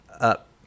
up